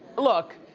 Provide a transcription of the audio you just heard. look,